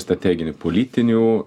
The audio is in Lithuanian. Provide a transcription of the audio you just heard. strateginių politinių